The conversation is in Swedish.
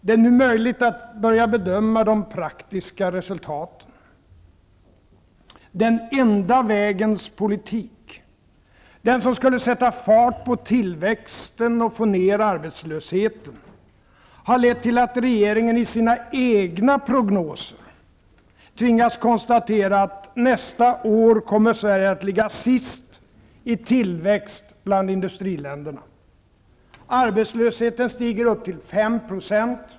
Det är nu möjligt att börja bedöma de praktiska resultaten. Den ''enda'' vägens politik -- den som skulle sätta fart på tillväxten och få ned arbetslösheten -- har lett till att regeringen, i sina egna prognoser, tvingas konstatera att Sverige nästa år kommer att ligga sist i tillväxt bland industriländerna. Arbetslösheten stiger upp till 5 %.